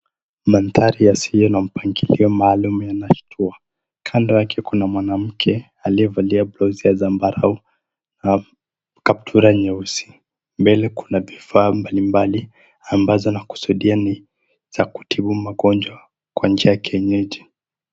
Mandhari yasiyo na mpangilio maalum. Kando yake kuna mwanaume aliyevalia dress ya zambarau na kaptura nyeusi. Kando yake kuna vifaa mbali mbali ambazo nakusudia ni za kutibu magonjwa kwa njia ya kienyeji.